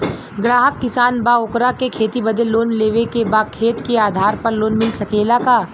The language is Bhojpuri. ग्राहक किसान बा ओकरा के खेती बदे लोन लेवे के बा खेत के आधार पर लोन मिल सके ला?